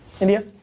India